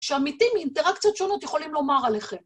‫שעמיתים באינטראקציות שונות ‫יכולים לומר עליכם.